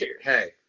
Hey